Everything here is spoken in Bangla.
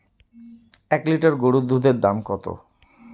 এক লিটার গরুর দুধের দাম কত?